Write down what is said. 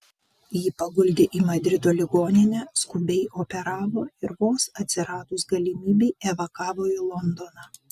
jį paguldė į madrido ligoninę skubiai operavo ir vos atsiradus galimybei evakavo į londoną